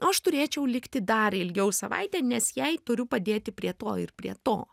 o aš turėčiau likti dar ilgiau savaitę nes jai turiu padėti prie to ir prie to